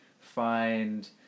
find